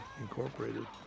incorporated